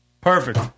Perfect